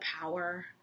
power